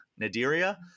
nadiria